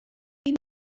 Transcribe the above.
این